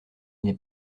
n’est